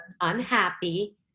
unhappy